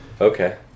Okay